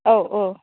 औ